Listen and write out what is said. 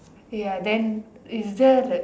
ya then is there like